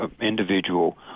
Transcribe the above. individual